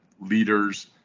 leaders